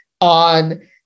on